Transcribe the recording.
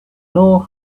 know